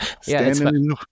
Standing